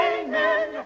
amen